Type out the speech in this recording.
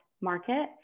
market